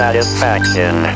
Satisfaction